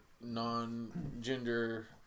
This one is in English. non-gender